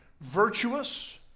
virtuous